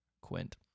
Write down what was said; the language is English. Quint